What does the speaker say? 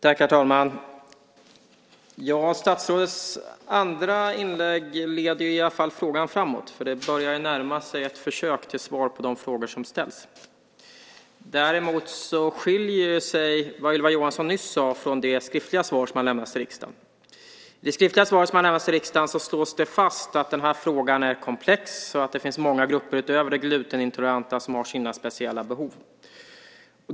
Herr talman! Statsrådets andra inlägg leder i alla fall debatten framåt, för det närmar sig ett svar på de frågor som har ställts. Däremot skiljer sig det Ylva Johansson nyss sade från det skriftliga svar som har lämnats till riksdagen. I det skriftliga svaret slås fast att den här frågan är komplex och att det finns många grupper utöver de glutenintoleranta som har sina speciella behov.